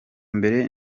mbere